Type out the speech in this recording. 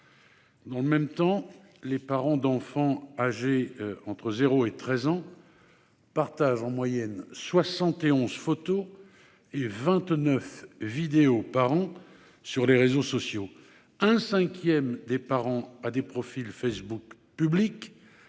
Dans le même temps, les parents d'enfants âgés de moins de 13 ans partagent en moyenne 71 photos et 29 vidéos par an sur les réseaux sociaux. Un cinquième des parents ont des profils Facebook publics,